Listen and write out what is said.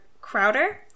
Crowder